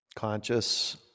Conscious